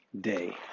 day